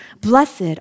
Blessed